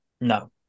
No